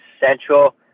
central